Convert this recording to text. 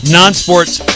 non-sports